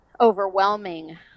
overwhelming